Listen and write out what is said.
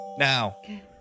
Now